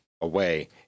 away